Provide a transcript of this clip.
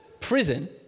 prison